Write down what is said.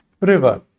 river